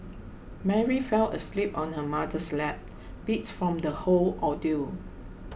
Mary fell asleep on her mother's lap beats from the whole ordeal